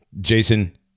Jason